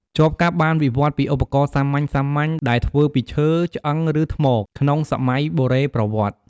ចបកាប់បានវិវត្តន៍ពីឧបករណ៍សាមញ្ញៗដែលធ្វើពីឈើ ឆ្អឹង ឬថ្ម ក្នុងសម័យបុរេប្រវត្តិ។